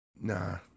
Nah